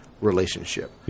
relationship